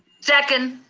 second.